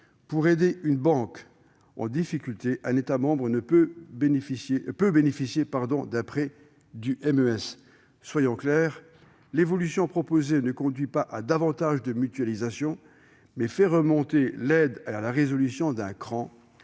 pour aider une banque en difficulté, un État membre peut bénéficier d'un prêt du MES. Soyons clairs : l'évolution proposée ne conduit pas à davantage de mutualisation, mais fait remonter l'aide à la résolution d'un cran,